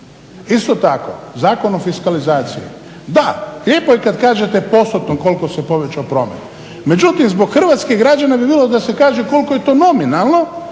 Isto tako Zakon o fiskalizaciji da, lijepo je kad kažete postotno koliko se povećao promet. Međutim zbog hrvatskih građana bi bilo da se kaže koliko je to nominalno